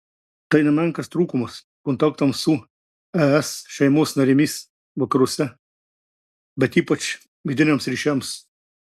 tai nemenkas trūkumas kontaktams su es šeimos narėmis vakaruose bet ypač vidiniams ryšiams